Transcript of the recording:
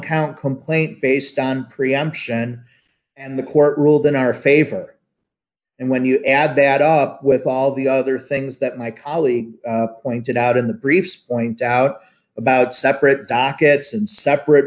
count complaint based on preemption and the court ruled in our favor and when you add that up with all the other things that my colleague pointed out in the briefs point out about separate dockets and separate